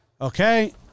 Okay